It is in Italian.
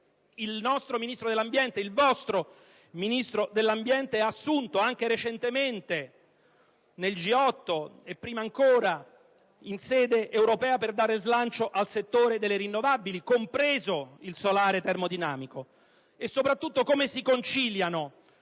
il nostro Ministro dell'ambiente (il vostro Ministro dell'ambiente), hanno assunto anche recentemente nel G8 e prima ancora in sede europea per dare slancio al settore delle rinnovabili, compreso il solare termodinamico. E soprattutto chiedo come tali